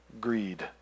greed